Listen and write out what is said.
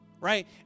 right